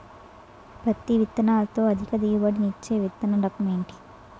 పత్తి విత్తనాలతో అధిక దిగుబడి నిచ్చే విత్తన రకం ఏంటి?